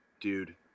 dude